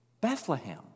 Bethlehem